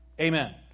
Amen